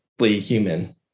human